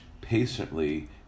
patiently